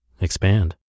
expand